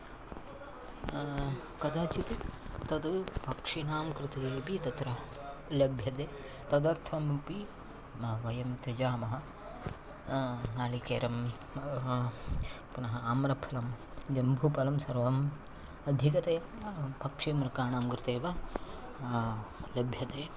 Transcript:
कदाचित् तद् पक्षीणां कृते अपि तत्र लभ्यते तदर्थमपि वयं त्यजामः नालिकेरं पुनः आम्रफलं जम्बूफलं सर्वम् अधिकतया पक्षिमृगाणां कृते एव लभ्यते